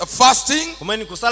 fasting